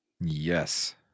Yes